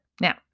Now